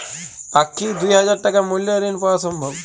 পাক্ষিক দুই হাজার টাকা মূল্যের ঋণ পাওয়া সম্ভব?